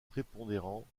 prépondérant